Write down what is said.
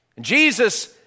Jesus